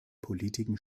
politiken